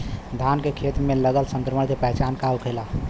धान के खेत मे लगल संक्रमण के पहचान का होखेला?